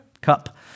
cup